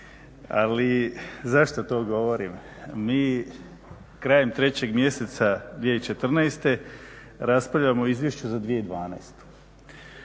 Ali zašto to govorim? Mi krajem trećeg mjeseca 2014. raspravljamo o izvješću za 2012.,